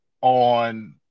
on